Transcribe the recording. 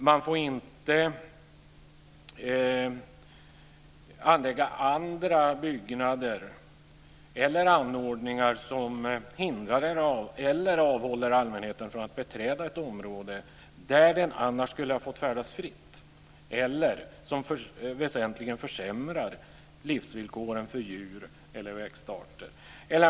Man får inte anlägga andra byggnader eller anordningar som hindrar eller avhåller allmänheten från att beträda ett område där den annars skulle ha fått färdas fritt eller som väsentligen försämrar livsvillkoren för djur eller växtarter.